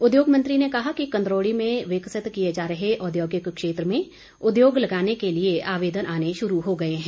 उद्योग मंत्री ने कहा कि कंदरोड़ी में विकसित किए जा रहे औद्योगिक क्षेत्र में उद्योग लगाने के लिए आवेदन आने शुरू हो गए हैं